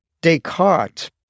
Descartes